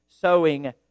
sowing